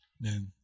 man